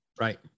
right